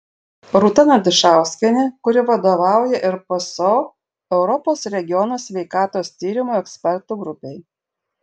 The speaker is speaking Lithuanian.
rūta nadišauskienė kuri vadovauja ir pso europos regiono sveikatos tyrimų ekspertų grupei